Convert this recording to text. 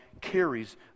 carries